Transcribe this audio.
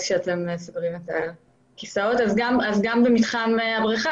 כשאתם מסדרים את הכיסאות אז גם במתחם הבריכה